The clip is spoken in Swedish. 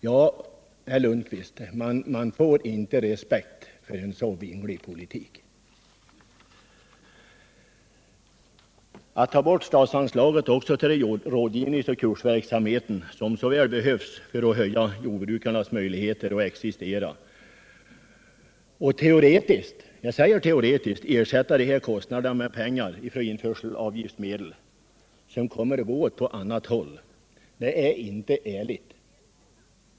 Ja, herr Lundkvist, man får inte respekt för en så vinglig politik. Att ta bort statsanslaget också för rådgivningsoch kursverksamheten, som så väl behövs för att förbättra jordbrukarnas möjligheter att existera, och teoretiskt ersätta dessa medel med införselavgiftsmedel är inte ärligt.